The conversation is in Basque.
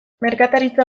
merkataritza